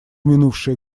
минувшие